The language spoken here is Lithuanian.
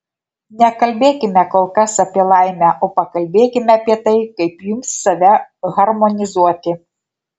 nekalbėkime kol kas apie laimę o pakalbėkime apie tai kaip jums save harmonizuoti